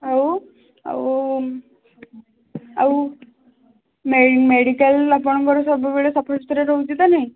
ଆଉ ଆଉ ଆଉ ମେଡ଼ିକାଲ୍ ଆପଣଙ୍କର ସବୁବେଳେ ସଫାସୁତରା ରହୁଛି ତ ନାହିଁ